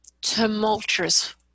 tumultuous